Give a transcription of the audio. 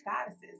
Goddesses